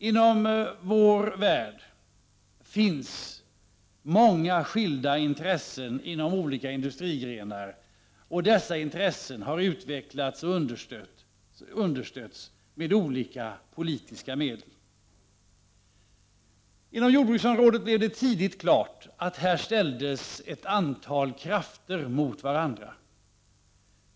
Inom vår värld finns många skilda intressen inom olika industrigrenar. Och dessa intressen har utvecklats och understötts med olika politiska medel. Det blev tidigt klart att ett antal krafter ställdes mot varandra inom jordbruksområdet.